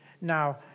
Now